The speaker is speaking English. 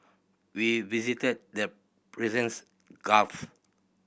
we visited the Persians Gulf